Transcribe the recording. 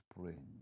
spring